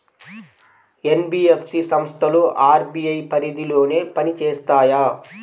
NBFC సంస్థలు RBI పరిధిలోనే పని చేస్తాయా?